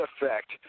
effect